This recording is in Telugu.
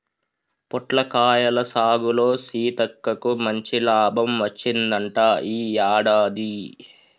పొట్లకాయల సాగులో సీతక్కకు మంచి లాభం వచ్చిందంట ఈ యాడాది